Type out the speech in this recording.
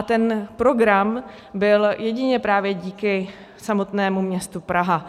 Ten program byl jedině právě díky samotnému městu Praha.